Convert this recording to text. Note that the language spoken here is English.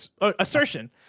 Assertion